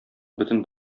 бөтен